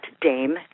Dame